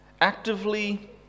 Actively